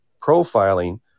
profiling